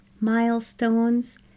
milestones